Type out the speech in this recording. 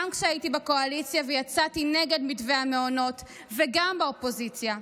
גם כשהייתי בקואליציה ויצאתי נגד מתווה המעונות וגם באופוזיציה.